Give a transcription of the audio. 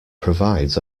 provides